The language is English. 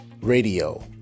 Radio